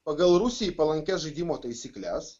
pagal rusijai palankias žaidimo taisykles